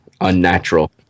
unnatural